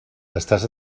estàs